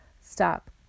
stop